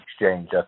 exchange